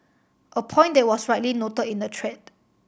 a point that was rightly noted in the thread